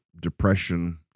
depression